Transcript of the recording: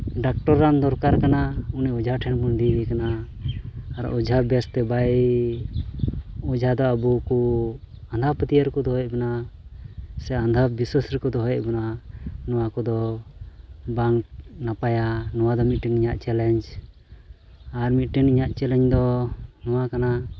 doctor ᱨᱟᱱ ᱫᱚᱨᱠᱟᱨ ᱠᱟᱱᱟ ᱩᱱᱤ ᱳᱡᱷᱟ ᱴᱷᱮᱱ ᱵᱚᱱ ᱤᱫᱭᱮ ᱠᱟᱱᱟ ᱟᱨ ᱳᱡᱷᱟ ᱵᱮᱹᱥᱛᱮ ᱵᱟᱭ ᱳᱡᱷᱟ ᱫᱚ ᱟᱵᱚ ᱠᱚ ᱟᱸᱫᱷᱟᱯᱟᱹᱛᱭᱟᱹᱣ ᱨᱮᱠᱚ ᱫᱚᱦᱚᱭᱮᱫ ᱵᱚᱱᱟ ᱥᱮ ᱟᱸᱫᱷᱟ ᱵᱤᱥᱥᱟᱹᱥ ᱨᱮᱠᱚ ᱫᱚᱦᱚᱭᱮᱫ ᱵᱚᱱᱟ ᱱᱚᱣᱟ ᱠᱚᱫᱚ ᱵᱟᱝ ᱱᱟᱯᱟᱭᱟ ᱱᱚᱣᱟ ᱢᱤᱫᱴᱟᱱ ᱤᱧᱟᱹᱜ ᱪᱮᱞᱮᱧᱡᱽ ᱟᱨ ᱢᱤᱫᱴᱮᱱ ᱤᱧᱟᱹᱜ ᱪᱮᱞᱮᱧᱡᱽ ᱫᱚ ᱱᱚᱣᱟ ᱠᱟᱱᱟ